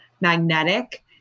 magnetic